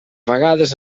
vegades